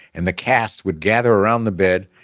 and the cast would gather around the bed,